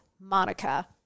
MONICA